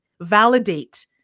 validate